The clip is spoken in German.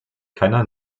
keiner